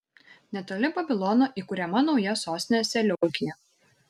netoli babilono įkuriama nauja sostinė seleukija